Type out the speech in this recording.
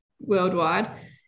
worldwide